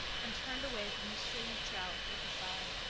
and turned away from his string of trout with a sigh.